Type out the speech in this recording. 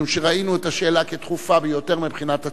משום שראינו את השאלה כדחופה ביותר מבחינת הציבור,